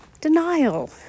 denial